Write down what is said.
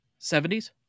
70s